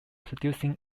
producing